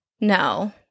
No